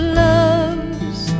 loves